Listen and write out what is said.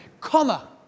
comma